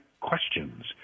questions